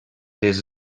les